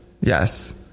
Yes